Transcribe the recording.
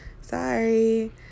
sorry